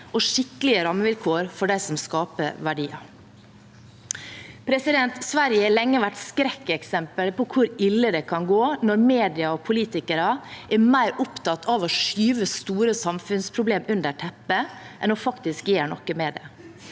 og skikkelige rammevilkår for dem som skaper verdier. Sverige har lenge vært skrekkeksempelet på hvor ille det kan gå når media og politikere er mer opptatt av å skyve store samfunnsproblemer under teppet enn faktisk å gjøre noe med det.